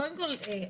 קודם כל,